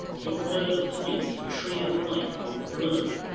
your oil of height, your tree of life, your blood,